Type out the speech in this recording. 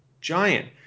giant